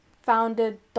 founded